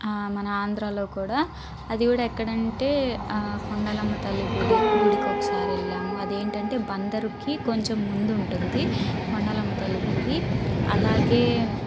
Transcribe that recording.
మన ఆంధ్రలో కూడా అది కూడా ఎక్కడంటే కొండలమ్మ తల్లి గుడి గుడి ఒకసారి వెళ్ళాము అదేంటంటే బందరుకి కొంచెం ముందు ఉంటుంది కొండలమ్మ తల్లి గుడి అలాగే